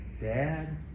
dad